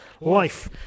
life